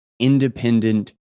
independent